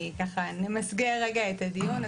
נמסגר את הדיון.